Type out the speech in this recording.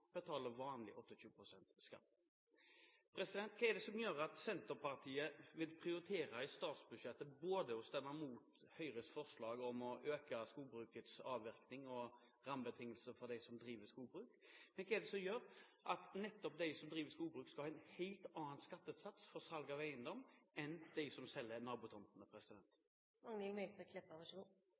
betaler vanlig skatt, 28 pst. Hva er det som gjør at Senterpartiet i forbindelse med statsbudsjettet vil prioritere å stemme mot Høyres forslag om å øke skogbrukets avvirkning og rammebetingelsene for dem som driver skogbruk? Hva er det som gjør at nettopp de som driver skogbruk, skal ha en helt annen skattesats ved salg av eiendom enn de som selger nabotomtene?